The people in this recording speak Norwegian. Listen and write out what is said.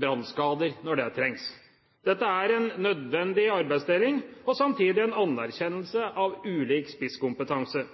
brannskader, når det trengs. Dette er en nødvendig arbeidsdeling og samtidig en anerkjennelse av ulik spisskompetanse.